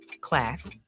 class